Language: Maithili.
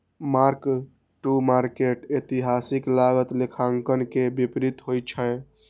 मार्क टू मार्केट एतिहासिक लागत लेखांकन के विपरीत होइ छै